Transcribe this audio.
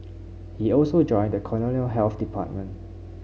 he also joined the colonial health department